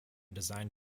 designed